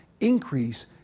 increase